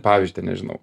pavyzdžiui ten nežinau